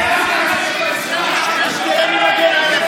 איזה בדיחה.